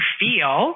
feel